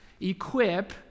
equip